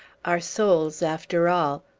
our souls, after all,